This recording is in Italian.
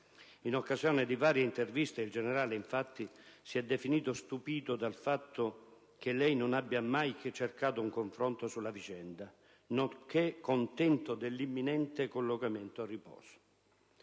In occasione di varie interviste il generale, infatti, si è definito stupito dal fatto che lei non abbia mai cercato un confronto sulla vicenda, nonché contento dell'imminente collocamento a riposo.